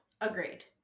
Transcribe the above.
Agreed